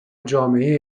جامعه